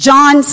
John